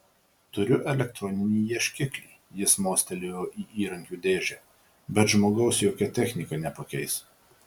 turiu elektroninį ieškiklį jis mostelėjo į įrankių dėžę bet žmogaus jokia technika nepakeis